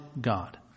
God